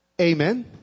Amen